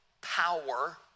power